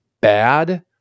bad